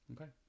Okay